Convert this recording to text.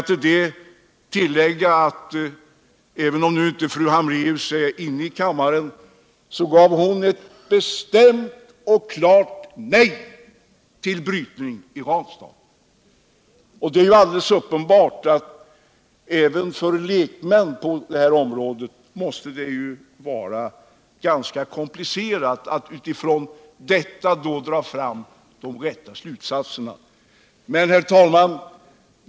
Till det vill jag säga, även om fru Hambraeus nu inte är inne i kammaren. att hon sade ett bestämt och klart nej till brytning i Ranstad. Det är alldeles uppenbart att det måste vara ganska komplicerat att utifrån dessa uttalanden dra den rätta slutsatsen. Men. herr talman.